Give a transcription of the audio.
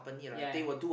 ya